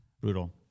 Brutal